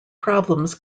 problems